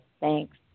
Thanks